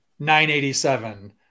987